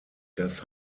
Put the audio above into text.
das